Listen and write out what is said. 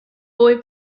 boy